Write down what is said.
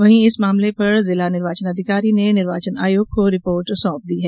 वहीं इस मामले पर जिला निर्वाचन अधिकारी ने निर्वाचन आयोग को रिपोर्ट सौंप दी है